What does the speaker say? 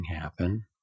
happen